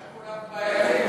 אולי שיקוליו בעייתיים.